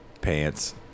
pants